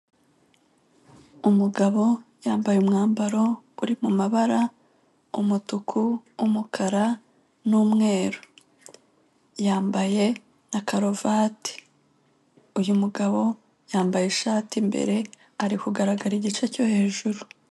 Umugabo yambaye umwambaro uri mu mabara umutuku, umukara n'umweru, yambaye na karuvati uyu mugabo yambaye ishati imbere ari kugaragara igice cyo hejuru.